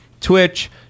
Twitch